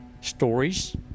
stories